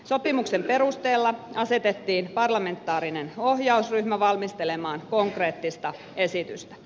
sopimuksen perusteella asetettiin parlamentaarinen ohjausryhmä valmistelemaan konkreettista esitystä